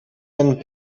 and